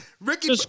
Ricky